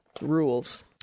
rules